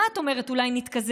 מה את אומרת, אולי נתקזז?